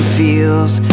feels